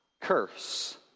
curse